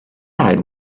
eyed